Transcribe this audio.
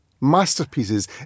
Masterpieces